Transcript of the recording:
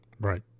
Right